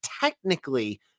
technically